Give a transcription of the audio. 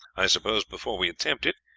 i suppose before we attempt it,